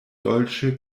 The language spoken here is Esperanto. dolĉe